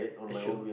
that's true